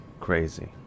crazy